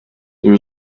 there